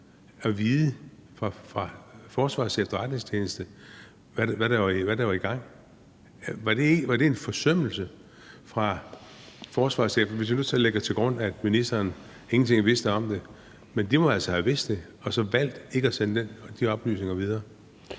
at vide fra Forsvarets Efterretningstjeneste, hvad der var i gang? Var det en forsømmelse fra Forsvarets Efterretningstjenestes side, hvis vi nu lægger til grund, at ministeren ingenting vidste om det? Men de må altså have vidst det og valgt ikke at sende de oplysninger videre.